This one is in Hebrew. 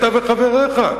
אתה וחבריך?